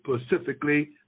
specifically